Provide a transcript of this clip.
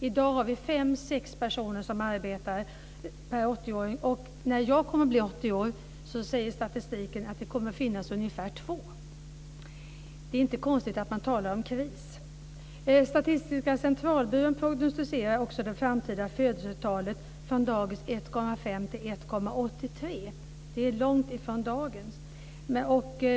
I dag har vi fem sex personer som arbetar per 80-åring. När jag kommer att bli 80 år säger statistiken att det kommer att finnas ungefär två personer. Det är inte konstigt att man talar om kris. Statistiska centralbyrån prognostiserar också att det framtida födelsetalet ökar från dagens 1,5 till 1,83. Det är långt ifrån dagens.